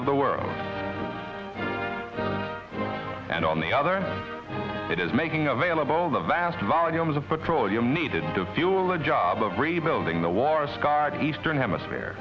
of the world and on the other it is making available the vast volumes of petroleum needed to fuel the job of rebuilding the war scarred eastern hemisphere